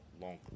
long